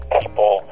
people